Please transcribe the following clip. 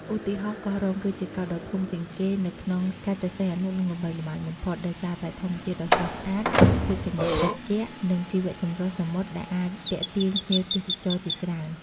ឧទាហរណ៍ កោះរុង គឺជាកោះដ៏ធំជាងគេនៅក្នុងខេត្តព្រះសីហនុ និងល្បីល្បាញបំផុត ដោយសារតែធម្មជាតិដ៏ស្រស់ស្អាត ទេសភាពសមុទ្រត្រជាក់ និងជីវៈចម្រុះសមុទ្រដែលអាចទាក់ទាញភ្ញៀវទេសចរជាច្រើន។